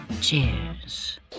Cheers